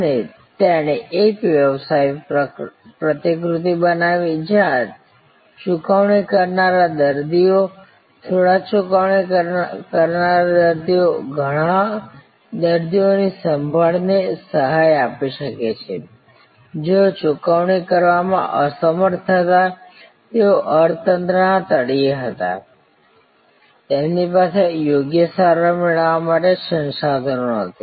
અને તેણે એક વ્યવસાય પ્રતિકૃતિ બનાવી જ્યાં ચૂકવણી કરનારા દર્દીઓ થોડા ચૂકવણી કરનારા દર્દીઓ ઘણા દર્દીઓની સંભાળને સહાય આપી શકે છે જેઓ ચૂકવણી કરવામાં અસમર્થ હતા જેઓ અર્થતંત્ર ના તળિયે હતા તેમની પાસે યોગ્ય સારવાર મેળવવા માટે સંસાધનો નથી